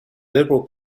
liberal